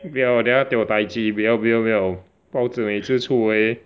不要等下 tio dai ji 不要不要不要报纸每次出 eh